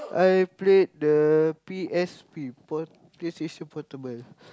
I played the P_S_P pl~ PlayStation Portable